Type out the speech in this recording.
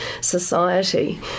society